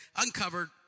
uncovered